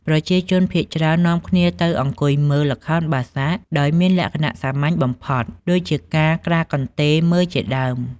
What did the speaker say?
ប្រជាជនភាគច្រើននាំគ្នាទៅអង្គុយមើល ល្ខោនបាសាក់ដោយមានលក្ខណៈសាមញ្ញបំផុតដូចជាការក្រាលកន្ទេលមើលជាដើម ។